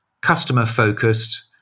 customer-focused